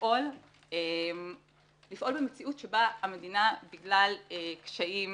לפעול במציאות שבה המדינה בגלל קשיים